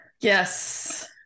Yes